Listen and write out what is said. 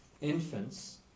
infants